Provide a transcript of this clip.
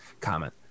comment